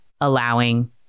allowing